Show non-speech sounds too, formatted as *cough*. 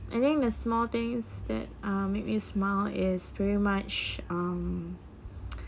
I think the small things that uh make me smile is pretty much um *noise*